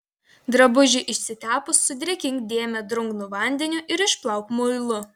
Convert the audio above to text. drabužiui išsitepus sudrėkink dėmę drungnu vandeniu ir išplauk muilu